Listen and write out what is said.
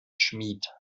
schmied